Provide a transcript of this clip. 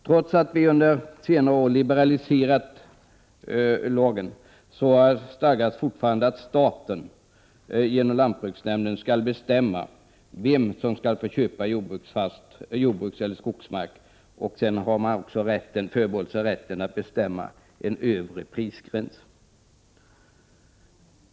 Trots att under senare år lagen liberaliserats, stadgas fortfarande att staten, genom lantbruksnämnden, skall bestämma vem som skall få köpa jordbrukseller skogsmark. Dessutom förbehåller sig staten rätten att bestämma en övre prisgräns.